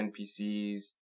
NPCs